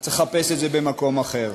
צריך לחפש את זה במקום אחר.